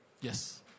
Yes